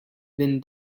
been